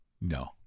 no